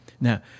Now